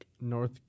North